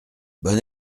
bon